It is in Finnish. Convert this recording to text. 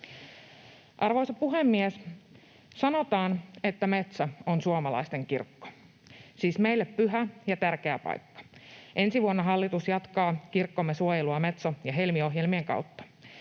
Arvoisa puhemies! Sanotaan, että metsä on suomalaisen kirkko, siis meille pyhä ja tärkeä paikka. Ensi vuonna hallitus jatkaa kirkkomme suojelua Metso- ja Helmi-ohjelmien kautta.